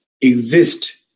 exist